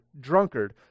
drunkard